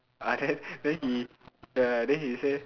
like that then then he the then he say